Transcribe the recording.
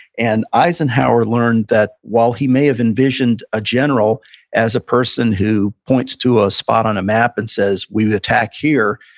and eisenhower learned that while he may have envisioned a general as a person who points to a spot on the map and says, we will attack here.